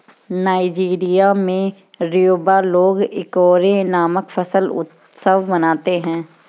Nigeria में Yoruba लोग Ikore नामक फसल उत्सव मनाते हैं